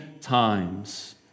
times